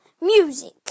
Music